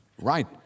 right